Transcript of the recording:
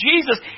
Jesus